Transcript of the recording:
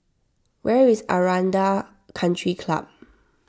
where is Aranda Country Club